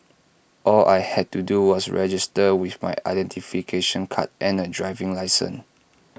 all I had to do was register with my identification card and A driving licence